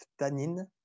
tannin